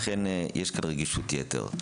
לכן יש כאן רגישות יתר.